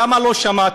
למה לא שמעתם?